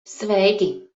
sveiki